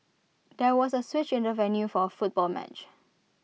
there was A switch in the venue for A football match